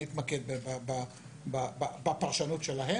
אני אתמקד בפרשנות שלהם